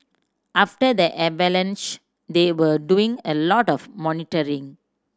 after the avalanche they were doing a lot of monitoring